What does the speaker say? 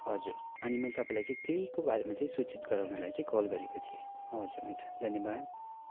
हजुर अनि मैले तपाईँलाई चाहिँ त्यहीको बारेमा चाहिँ सुचित गराउनलाई चाहिँ कल गरेको थिएँ हजुर हुन्छ धन्यवाद